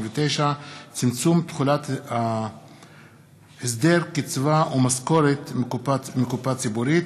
59) (צמצום תחולת הסדר קצבה ומשכורת מקופה ציבורית),